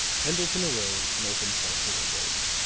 pendleton arose and opened one of the windows.